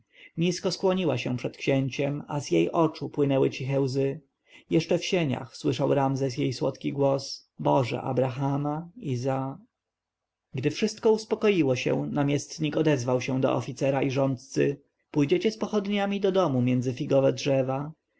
nisko skłoniła się przed księciem a z jej oczu płynęły ciche łzy jeszcze w sieniach słyszał ramzes jej słodki głos boże abrahama iza gdy wszystko uspokoiło się namiestnik odezwał się do oficera i rządcy pójdziecie z pochodniami do domu między figowe drzewa